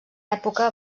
època